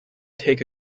take